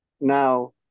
Now